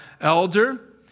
elder